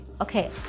Okay